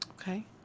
Okay